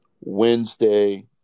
Wednesday